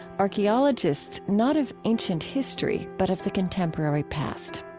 archaeologists not of ancient history but of the contemporary past.